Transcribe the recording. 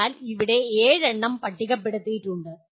അതിനാൽ ഇവിടെ ഏഴെണ്ണം പട്ടികപ്പെടുത്തിയിട്ടുണ്ട്